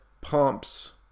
pumps